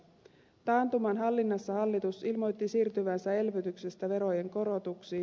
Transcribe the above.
taantuman hallinnassa hallitus ilmoitti siirtyvänsä elvytyksestä verojen korotuksiin